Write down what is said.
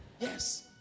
Yes